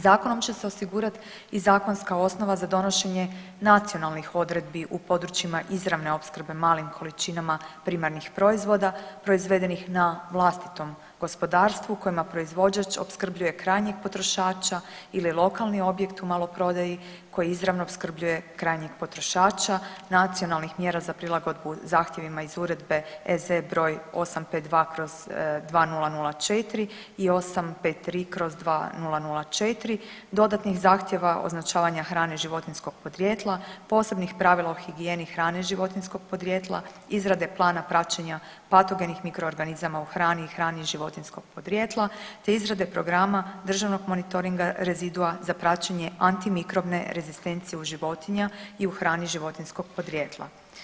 Zakonom će se osigurat i zakonska osnova za donošenje nacionalnih odredbi u područjima izravne opskrbe malim količinama primarnih proizvoda proizvedenih na vlastitom gospodarstvu kojima proizvođač opskrbljuje krajnjeg potrošača ili lokalni objekt u maloprodaji koji izravno opskrbljuje krajnjeg potrošača nacionalnih mjera za prilagodbu zahtjevima iz Uredbe EZ br. 852/2004 i 853/2004, dodatnih zahtjeva označavanja hrane životinjskog podrijetla, posebnih pravila o higijeni hrane životinjskog podrijetla, izrade plana praćenja patogenih mikroorganizama u hrani i hrani životinjskog podrijetla, te izrade programa državnog monitoringa rezidua za praćenje antimikrobne rezistencije u životinja i u hrani životinjskog podrijetla.